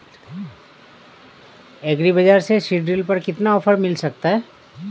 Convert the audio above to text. Agree बाजार से seed drill पर कितना ऑफर मिल सकता है?